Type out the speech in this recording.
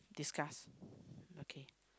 discuss okay